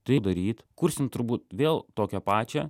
tai daryt kursim turbūt vėl tokią pačią